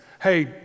Hey